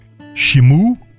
Shimu